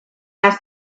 asked